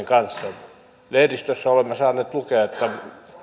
kanssa nopeilla kaasunsyöttöjärjestelmillä lehdistä olemme saaneet lukea että